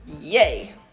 Yay